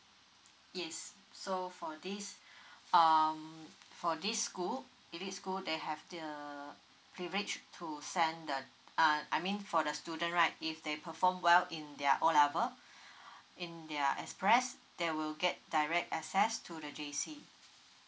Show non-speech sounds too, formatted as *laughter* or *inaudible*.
yes so for this *breath* um for this school elite school they have the privilege to send the uh I mean for the student right if they perform well in their O level in their express they will get direct access to the J_C